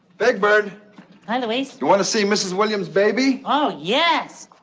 big bird hi, luis you want to see mrs. williams' baby? oh, yes.